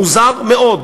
מוזר מאוד.